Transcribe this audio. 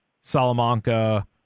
Salamanca